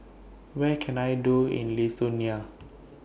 Where Can I Do in Lithuania